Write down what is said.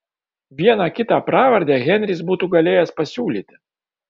vieną kitą pravardę henris būtų galėjęs pasiūlyti